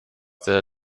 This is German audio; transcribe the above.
der